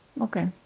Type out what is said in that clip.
Okay